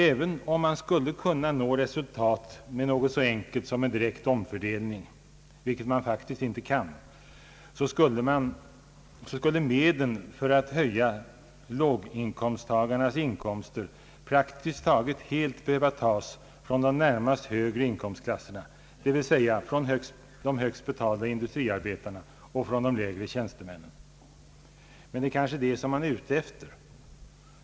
Även om man skulle kunna nå resultat med något så enkelt som en direkt omfördelning, vilket man faktiskt inte kan, så skulle medlen för att höja låginkomsttagarnas inkomster praktiskt taget helt behöva tas från de närmast högre inkomstklasserna, dvs. från de högst betalda industriarbetarna och från de lägre tjänstemännen. Men det är kanske just detta som man är ute efter.